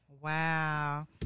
Wow